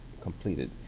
completed